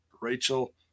Rachel